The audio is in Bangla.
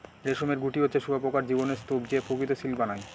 রেশমের গুটি হচ্ছে শুঁয়োপকার জীবনের স্তুপ যে প্রকৃত সিল্ক বানায়